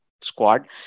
squad